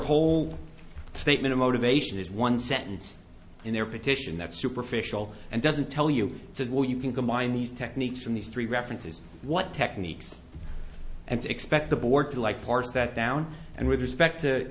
whole statement of motivation is one sentence in their petition that superficial and doesn't tell you says well you can combine these techniques from these three references what techniques and expect the board to like parse that down and with respect